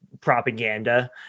propaganda